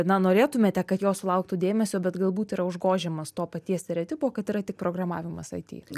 na norėtumėte kad jos sulauktų dėmesio bet galbūt yra užgožiamas to paties stereotipo kad yra tik programavimas it